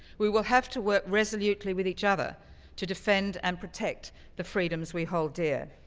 we will have to work resolutely with each other to defend and protect the freedoms we hold dear.